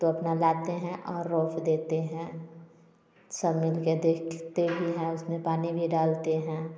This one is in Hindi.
तो अपना लाते हैं और रोप देते हैं सब मिलके देखते भी हैं उसमें पानी भी डालते हैं